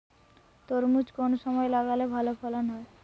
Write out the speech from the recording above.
তরমুজ কোন সময় লাগালে ভালো ফলন হয়?